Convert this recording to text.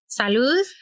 Salud